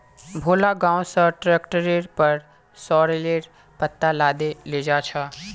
भोला गांव स ट्रैक्टरेर पर सॉरेलेर पत्ता लादे लेजा छ